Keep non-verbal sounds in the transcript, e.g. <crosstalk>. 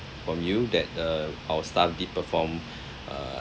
from you that the our staff did perform <breath> uh